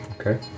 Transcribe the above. Okay